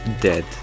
dead